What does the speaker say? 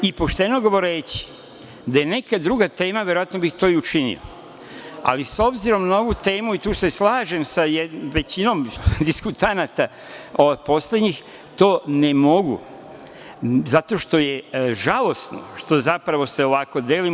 I pošteno govoreći, da je neka drugo tema, verovatno bih to i učinio, ali obzirom na ovu temu i tu se slažem sa većinom diskutanata poslednjih, to ne mogu zato što je žalosno što se zapravo ovako delimo.